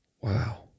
Wow